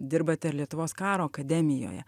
dirbate ir lietuvos karo akademijoje